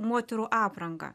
moterų aprangą